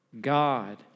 God